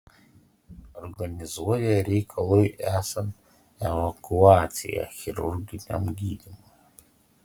organizuoja reikalui esant evakuaciją chirurginiam gydymui